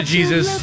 Jesus